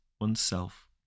oneself